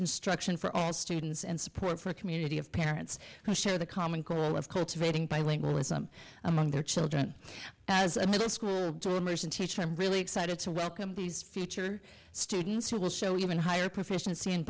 instruction for all students and support for a community of parents who share the common goal of course of aiding bilingualism among their children as a middle school teacher i'm really excited to welcome these future students who will show even higher proficiency in